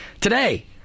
today